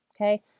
Okay